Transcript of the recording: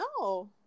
No